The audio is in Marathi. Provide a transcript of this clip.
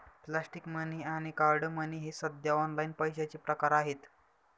प्लॅस्टिक मनी आणि कार्ड मनी हे सध्या ऑनलाइन पैशाचे प्रकार आहेत